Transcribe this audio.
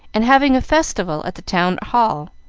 and having a festival at the town hall.